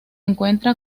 encuentra